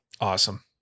Awesome